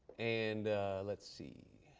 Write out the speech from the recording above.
and let's see.